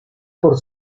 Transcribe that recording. por